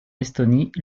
estonie